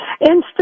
Instant